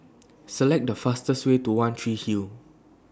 Select The fastest Way to one Tree Hill